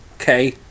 okay